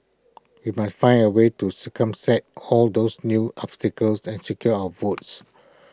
we must find A way to circumvent all those new obstacles and secure our votes